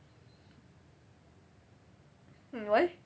mm why